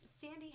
Sandy